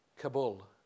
Kabul